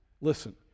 listen